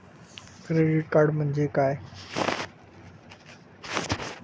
Credit card म्हणजे काय?